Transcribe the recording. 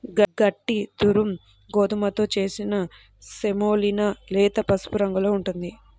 గట్టి దురుమ్ గోధుమతో చేసిన సెమోలినా లేత పసుపు రంగులో ఉంటుంది